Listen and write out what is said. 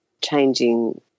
changing